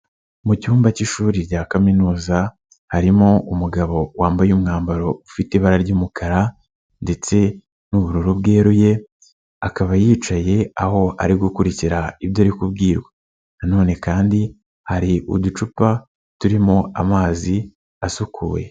Mu cyumba cy'ishuri rya kaminuza, harimo umugabo wambaye umwambaro ufite ibara ry'umukara ndetse n'ubururu bweruye, akaba yicaye aho ari gukurikira ibyo ari kubwirwa na none kandi hari uducupa turimo amazi asukuye.